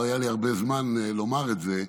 לא היה לי הרבה זמן לומר את זה,